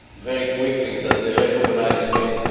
very quickly that they recognize me.